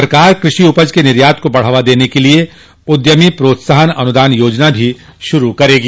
सरकार कृषि उपज के निर्यात को बढ़ावा देने के लिए उद्यमी प्रोत्साहन अनुदान योजना भी शुरू करेगी